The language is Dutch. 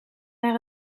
naar